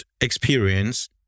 experience